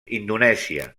indonèsia